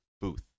Booth